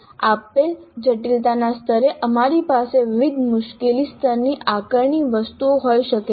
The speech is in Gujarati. આપેલ જટિલતા સ્તરે અમારી પાસે વિવિધ મુશ્કેલી સ્તરની આકારણી વસ્તુઓ હોઈ શકે છે